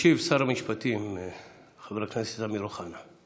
ישיב שר המשפטים חבר הכנסת אמיר אוחנה.